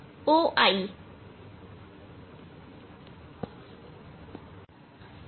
यह है O